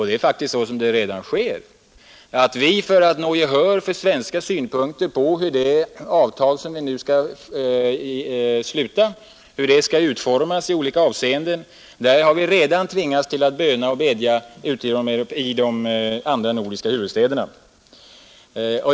Det är faktiskt så som det redan sker. För att nå gehör för svenska synpunkter på hur det avtal som vi nu kommer att sluta skall utformas i olika avseenden har vi redan tvingats böna och bedja ute i de andra nordiska huvudstäderna.